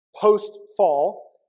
post-fall